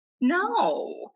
no